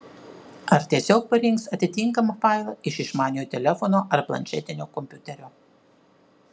ar tiesiog parinks atitinkamą failą iš išmaniojo telefono ar planšetinio kompiuterio